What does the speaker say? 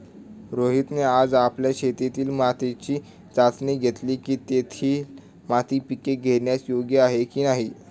रोहितने आज आपल्या शेतातील मातीची चाचणी घेतली की, तेथील माती पिके घेण्यास योग्य आहे की नाही